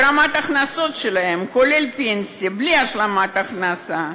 ורמת ההכנסות שלהם, כולל פנסיה, בלי השלמת הכנסה,